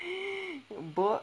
boat